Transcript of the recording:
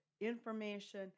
information